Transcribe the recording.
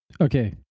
Okay